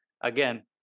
again